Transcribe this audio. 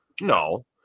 No